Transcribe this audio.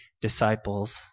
disciples